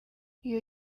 iyo